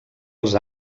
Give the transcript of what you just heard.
els